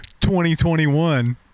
2021